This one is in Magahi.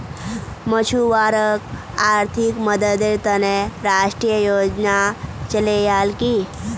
मछुवारॉक आर्थिक मददेर त न राष्ट्रीय योजना चलैयाल की